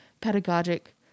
pedagogic